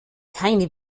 keine